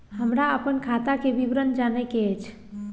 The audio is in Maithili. हमरा अपन खाता के विवरण जानय के अएछ?